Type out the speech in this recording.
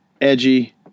Edgy